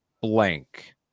blank